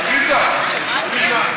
אסביר עוד קצת.